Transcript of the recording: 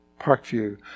Parkview